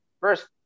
first